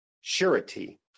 surety